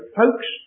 folks